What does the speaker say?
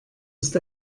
ist